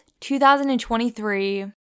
2023